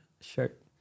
shirt